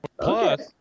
Plus